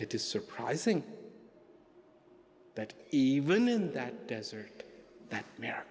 it is surprising that even in that desert that